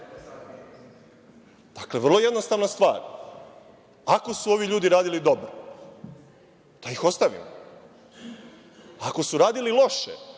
Dakle, vrlo jednostavna stvar. Ako su ovi ljudi radili dobro da ih ostavimo, ako su radili loše,